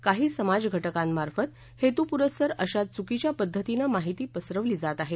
काही समाज घटकाप्रिकेत हेतूपरस्पर अशा चुकीच्या पद्धतीनं माहिती पसरवली जात आहे